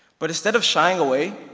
but instead of shying away,